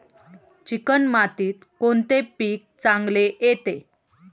Chicken मातीत कोणते पीक चांगले येते?